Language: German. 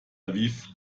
aviv